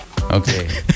Okay